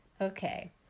Okay